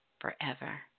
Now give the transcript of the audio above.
forever